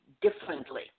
differently